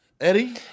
Eddie